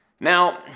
Now